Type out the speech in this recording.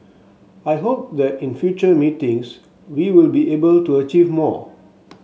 I hope that in future meetings we will be able to achieve more